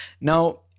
now